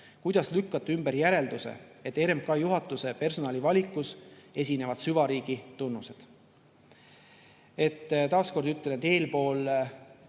Kuidas lükkate ümber järelduse, et RMK juhatuse personalivalikus esinevad süvariigi tunnused?" Taas kord ütlen, et eespool